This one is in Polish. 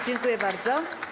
Dziękuję bardzo.